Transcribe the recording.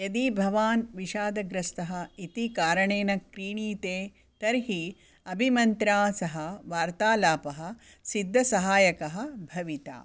यदि भवान् विषादग्रस्तः इति कारणेन क्रीणीते तर्हि अभिमन्त्रा सह वार्तालापः सिद्धसहायकः भविता